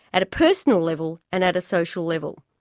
at a personal level and at a social level.